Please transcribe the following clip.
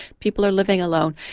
people are living alone.